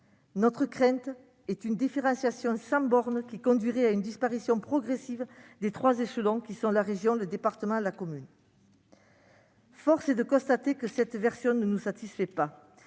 Notre crainte est une différenciation sans borne qui conduirait à une disparition progressive des trois échelons que sont la région, le département et la commune. Or force est de constater que cette version ne nous satisfait pas